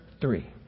three